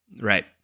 Right